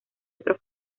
otros